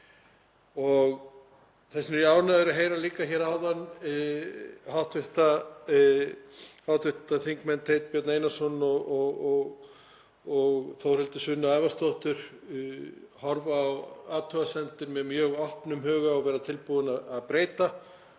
Ég var líka ánægður að heyra hér áðan hv. þingmenn Teit Björn Einarsson og Þórhildi Sunnu Ævarsdóttur horfa á athugasemdir með mjög opnum huga og vera tilbúin að breyta